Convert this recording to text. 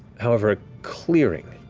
however, a clearing,